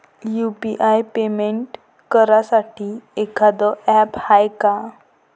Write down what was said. UPI payment करासाठी एखांद app हाय का?